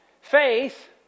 Faith